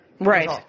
Right